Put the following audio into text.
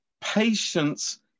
patience